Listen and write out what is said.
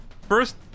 first